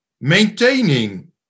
maintaining